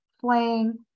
playing